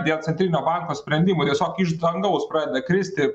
dėl centrinio banko sprendimo tiesiog iš dangaus pradeda kristi